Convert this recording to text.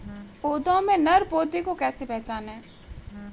पौधों में नर पौधे को कैसे पहचानें?